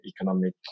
economic